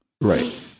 Right